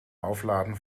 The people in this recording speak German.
aufladen